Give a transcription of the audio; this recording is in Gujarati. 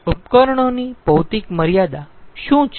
ઉપકરણોની ભૌતિક મર્યાદા શું છે